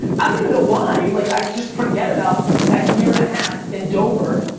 i don't even know why, like i just forget about that year and a half in dover.